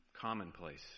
Commonplace